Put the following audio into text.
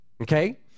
Okay